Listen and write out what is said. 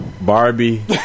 Barbie